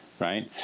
right